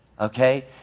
okay